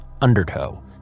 Undertow